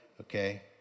Okay